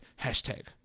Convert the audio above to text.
hashtag